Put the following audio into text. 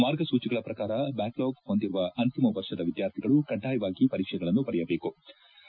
ಮಾರ್ಗಸೂಚಿಗಳ ಪ್ರಕಾರ ಬ್ಯಾಕ್ಲ್ಯಾಗ್ ಹೊಂದಿರುವ ಅಂತಿಮ ವರ್ಷದ ವಿದ್ಯಾರ್ಥಿಗಳು ಕಡ್ಗಾಯವಾಗಿ ಪರೀಕ್ಷೆಗಳನ್ನು ಬರೆಯಬೇಕು ಎಂದು ಹೇಳಲಾಗಿದೆ